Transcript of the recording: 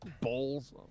Bowls